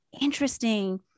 interesting